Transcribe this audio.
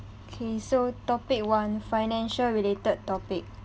okay so topic one financial related topic